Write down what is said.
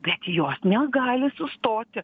prie jos negali sustoti